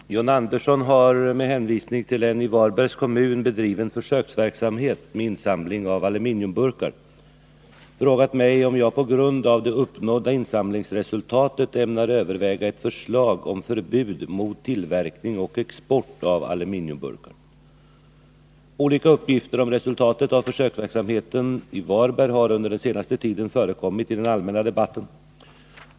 Herr talman! John Andersson har — med hänvisning till en i Varbergs kommun bedriven försöksverksamhet med insamling av aluminiumburkar — frågat mig om jag på grund av det uppnådda insamlingsresultatet ämnar överväga ett förslag om förbud mot tillverkning och export av aluminiumburkar. Olika uppgifter om resultatet av försöksverksamheten i Varberg har under den senaste tiden förekommit i den allmänna debatten.